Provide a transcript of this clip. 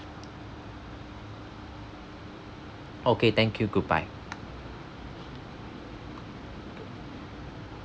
okay thank you goodbye